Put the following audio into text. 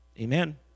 Amen